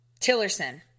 tillerson